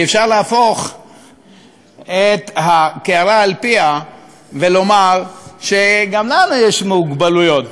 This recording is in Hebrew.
כי אפשר להפוך את הקערה על פיה ולומר שגם לנו יש מוגבלויות,